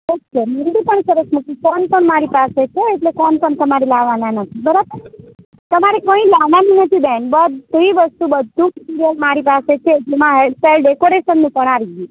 ઠીક છે મહેંદી પણ સરસ મૂકીશું કોન પણ મારી પાસે છે એટલે કોન પણ તમારે લાવવાના નથી બરાબર તમારે કંઈ લાવવાનું નથી બેન બધી વસ્તુ બધુ મટીરિયલ મારી પાસે છે જેમાં હૅરસ્ટાઈલ ડેકોરેશનનું પણ આવી ગયું